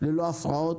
ללא הפרעות.